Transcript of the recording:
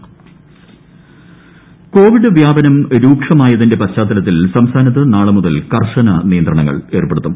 നിയന്ത്രണം intro Covid വ്യാപനം രൂക്ഷമായതിന്റെ പശ്ചാത്തലത്തിൽ സംസ്ഥാനത്ത് നാളെ മുതൽ കർശന നിയന്ത്രണങ്ങൾ ഏർപ്പെടുത്തും